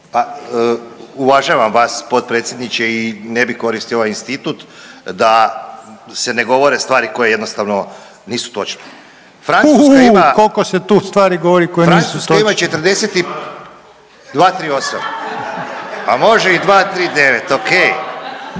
Uvažavam vas potpredsjedniče i ne bih koristio ovaj institut da se ne govore stvari koje jednostavno nisu točne. …/Upadica Reiner: Uuuuuuu koliko se tu